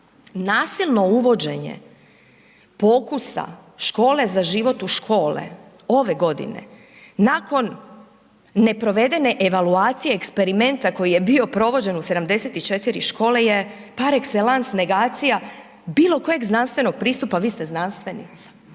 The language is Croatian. Nasilno uvođenje pokusa škole za život u škole ove godine nakon neprovedene evaluacije eksperimenta koji je bio provođen u 74 škole je par excellence negacija bilo kojeg znanstvenog pristupa, vi ste znanstvenica.